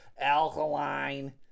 Alkaline